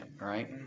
right